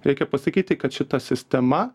reikia pasakyti kad šita sistema